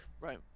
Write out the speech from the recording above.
right